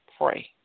pray